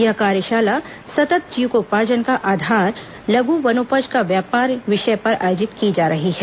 यह कार्यशाला सतत जीविकोपार्जन का आधार लघु वनोपज का व्यापार विषय पर आयोजित की जा रही है